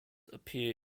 appear